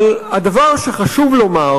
אבל הדבר שחשוב יותר לומר